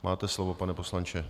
Máte slovo, pane poslanče.